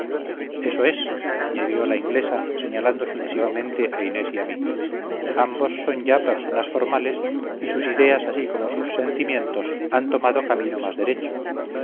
eso es añadió la inglesa señalando sucesivamente a inés y a mí ambos son ya personas formales y sus ideas así como sus sentimientos han tomando camino más derecho